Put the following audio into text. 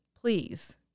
please